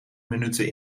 minuten